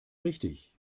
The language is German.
richtig